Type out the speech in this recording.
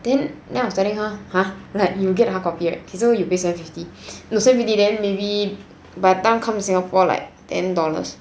then now I was telling her !huh! like you get hardcopy right so you pay seven fifty then no seven fifty then maybe by the time come to singapore like ten dollars